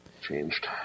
Changed